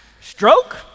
stroke